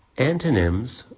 Antonyms